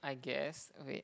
I guess wait